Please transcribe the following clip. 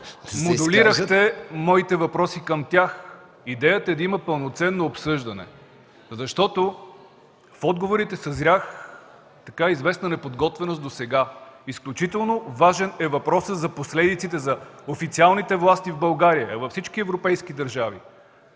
модулирахте моите въпроси към тях. Идеята е да има пълноценно обсъждане, защото в отговорите съзрях известна неподготвеност досега. Изключително важен е въпросът за последиците за официалните власти в България, във всички европейски държави,